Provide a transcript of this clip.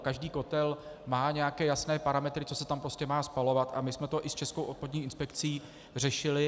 Každý kotel má nějaké jasné parametry, co se tam prostě má spalovat, a my jsme to i s Českou obchodní inspekcí řešili.